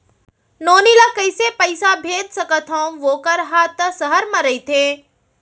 नोनी ल कइसे पइसा भेज सकथव वोकर हा त सहर म रइथे?